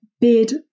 bid